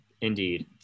indeed